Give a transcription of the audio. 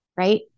right